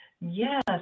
Yes